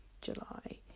July